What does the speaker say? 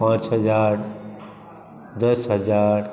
पाँच हजार दस हजार